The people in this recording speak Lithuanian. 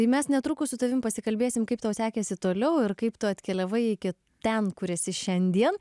tai mes netrukus su tavim pasikalbėsim kaip tau sekėsi toliau ir kaip tu atkeliavai iki ten kur esi šiandien